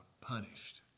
punished